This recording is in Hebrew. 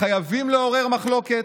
חייבים לעורר מחלוקת?